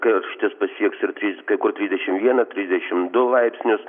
karštis pasieks ir trys kai kur trisdešim vieną trisdešim du laipsnius